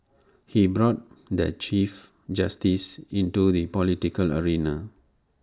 he brought the chief justice into the political arena